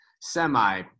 semi